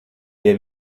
tie